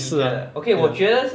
没有意思 ah ya